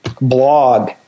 blog